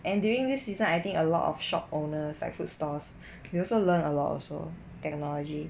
and during this season I think a lot of shop owners like food stores they also learn a lot also technology